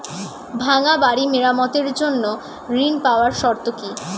ভাঙ্গা বাড়ি মেরামতের জন্য ঋণ পাওয়ার শর্ত কি?